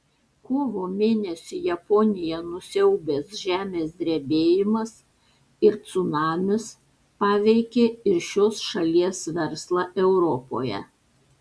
kovo mėnesį japoniją nusiaubęs žemės drebėjimas ir cunamis paveikė ir šios šalies verslą europoje